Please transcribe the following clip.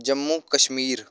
Jammu Kashmir